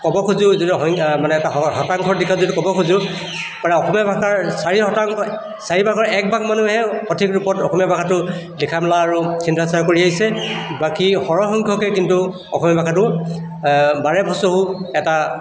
ক'ব খোজোঁ যদি সংখ্যা মানে শতাংশৰ দিশত যদি ক'ব খোজোঁ মানে অসমীয়া ভাষাৰ চাৰি শতাংশই চাৰি ভাগৰ এক ভাগ মানুহে সঠিক ৰূপত অসমীয়া ভাষাটো লিখা মেলা আৰু চিন্তা চৰ্চা কৰি আহিছে বাকী সৰহসংখ্যকেই কিন্তু অসমীয়া ভাষাটো বাৰে ভচহু এটা